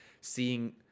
seeing